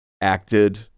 Acted